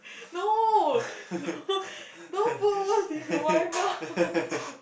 no no don't put words into my mouth